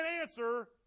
answer